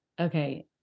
okay